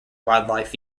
wildlife